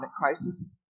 crisis